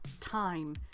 time